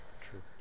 True